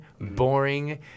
boring